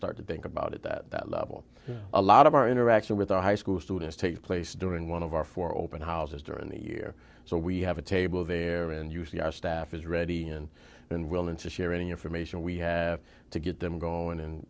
start to think about at that level a lot of our interaction with our high school students take place during one of our four open houses during the year so we have a table there and you see our staff is ready and willing to share any information we have to get them going